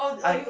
I